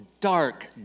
dark